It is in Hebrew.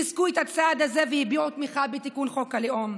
חיזקו את הצעד הזה והביעו תמיכה בתיקון חוק הלאום.